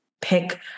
pick